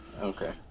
Okay